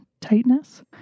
tightness